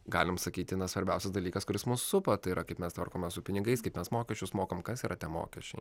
galim sakyti na svarbiausias dalykas kuris mus supa tai yra kaip mes tvarkomės su pinigais kaip mes mokesčius mokam kas yra tie mokesčiai